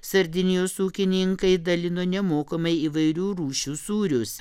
sardinijos ūkininkai dalino nemokamai įvairių rūšių sūrius